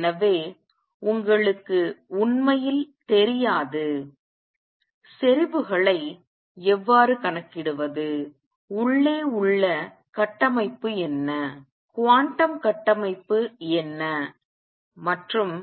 எனவே எங்களுக்கு உண்மையில் தெரியாது செறிவுகளை எவ்வாறு கணக்கிடுவது உள்ளே உள்ள கட்டமைப்பு என்ன குவாண்டம் கட்டமைப்பு என்ன மற்றும்